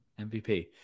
MVP